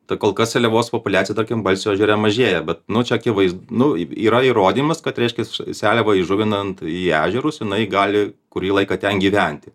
ta kol kas seliavos populiacija tarkim balsio ežere mažėja bet čia akivaiz nu yra įrodymas kad reiškias seliavą įžuvinant į ežerus jinai gali kurį laiką ten gyventi